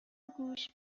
گوش